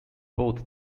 both